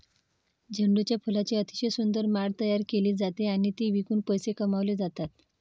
झेंडूच्या फुलांची अतिशय सुंदर माळ तयार केली जाते आणि ती विकून पैसे कमावले जातात